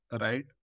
right